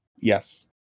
Yes